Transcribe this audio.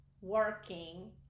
working